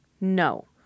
No